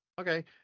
Okay